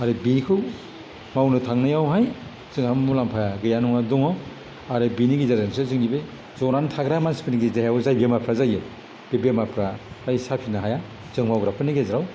आरो बेखौ मावनो थांनायावहाय जोंहा मुलाम्फाया गैया नङा दङ आरो बेनि गेजेरजोंसो जोंनि बे ज'नानै थाग्रा मानसिफोरनि गेजेराव जाय बेमारफ्रा जायो बे बेमारफ्रा फ्राय साफिनो हाया जों मावग्राफोरनि गेजेराव